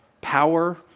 power